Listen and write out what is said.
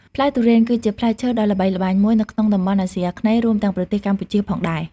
ផ្លែទុរេន គឺជាផ្លែឈើដ៏ល្បីល្បាញមួយនៅក្នុងតំបន់អាស៊ីអាគ្នេយ៍ រួមទាំងប្រទេសកម្ពុជាផងដែរ។